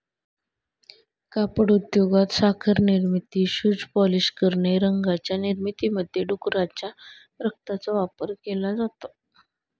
कापड उद्योगात, साखर निर्मिती, शूज पॉलिश करणे, रंगांच्या निर्मितीमध्ये डुकराच्या रक्ताचा वापर केला जातो